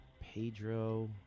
Pedro